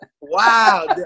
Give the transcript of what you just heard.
Wow